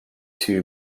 two